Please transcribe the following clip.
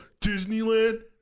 Disneyland